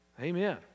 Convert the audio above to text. Amen